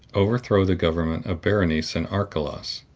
overthrow the government of berenice and archelaus,